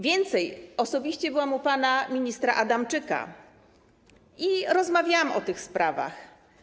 Więcej, osobiście byłam u pana ministra Adamczyka i rozmawiałam o tych sprawach.